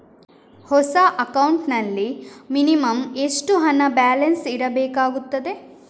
ಹೊಸ ಅಕೌಂಟ್ ನಲ್ಲಿ ಮಿನಿಮಂ ಎಷ್ಟು ಹಣ ಬ್ಯಾಲೆನ್ಸ್ ಇಡಬೇಕಾಗುತ್ತದೆ?